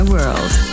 World